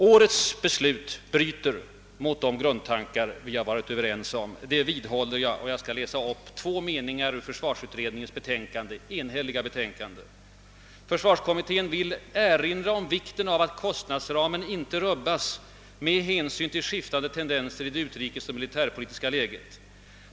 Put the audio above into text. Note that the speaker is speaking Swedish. Årets beslut bryter mot de grundtankar vi var överens om — det vidhåller jag — och jag skall läsa upp två meningar ur försvarsutredningens enhälliga betänkande. »Försvarskommittén vill erinra om vikten av att kostnadsramen inte rubbas med hänsyn till skiftande tendenser i det utrikesoch militärpolitiska läget.